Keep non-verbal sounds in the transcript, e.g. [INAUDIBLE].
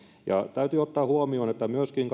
täytyy ottaa huomioon että myöskin [UNINTELLIGIBLE]